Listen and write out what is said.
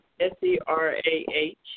S-E-R-A-H